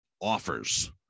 offers